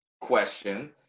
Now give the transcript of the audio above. question